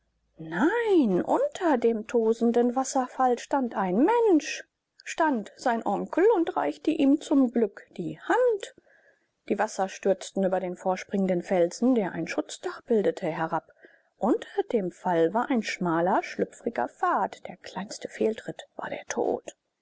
nein unter dem tosenden wasserfall stand ein mensch stand sein onkel und reichte ihm zum glück die hand die wasser stürzten über den vorspringenden felsen der ein schutzdach bildete herab unter dem fall war ein schmaler schlüpfriger pfad der kleinste fehltritt war der tod